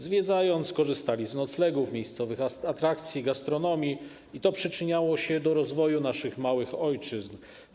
Zwiedzając, korzystali z noclegów, miejscowych atrakcji, gastronomii i to przyczyniało się do rozwoju naszych małych ojczyzn.